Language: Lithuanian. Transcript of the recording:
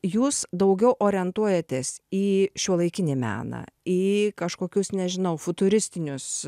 jūs daugiau orientuojatės į šiuolaikinį meną į kažkokius nežinau futuristinius